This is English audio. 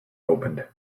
opened